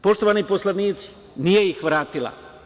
Poštovani poslanici, nije ih vratila.